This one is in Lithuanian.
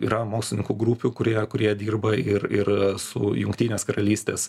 yra mokslininkų grupių kurie kurie dirba ir ir su jungtinės karalystės